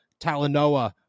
Talanoa